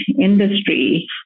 industry